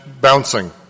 bouncing